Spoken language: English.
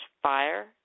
Fire